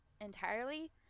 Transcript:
entirely